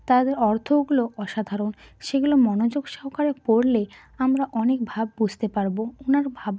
তাদের অর্থগুলো অসাধারণ সেগুলো মনোযোগ সহকারে পড়লে আমরা অনেক ভাব বুঝতে পারব ওনার ভাব